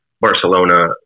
Barcelona